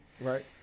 Right